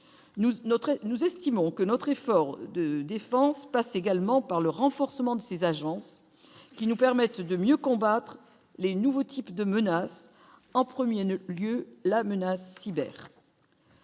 nous estimons que notre effort de défense passe également par le renforcement de ses agences qui nous permettent de mieux combattre les nouveaux types de menaces en 1er ne lieu la menace cyber.